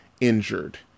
injured